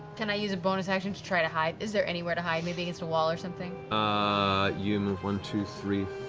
can i use a bonus action to try to hide? is there anywhere to hide? maybe against a wall or something? matt ah you move one, two, three,